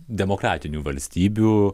demokratinių valstybių